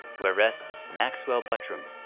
where rests maxwell buttram,